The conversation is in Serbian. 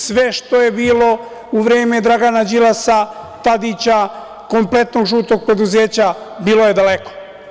Sve što je bilo u vreme Dragana Đilasa, Tadića, kompletnog žutog preduzeća bilo je daleko.